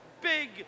big